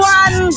one